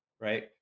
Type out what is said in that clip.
right